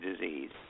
disease